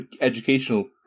educational